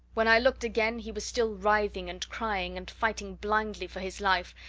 when i looked again, he was still writhing and crying, and fighting blindly for his life,